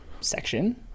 Section